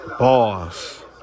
Boss